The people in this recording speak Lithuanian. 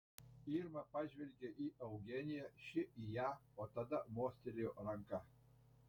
irma pažvelgė į eugeniją ši į ją o tada mostelėjo ranka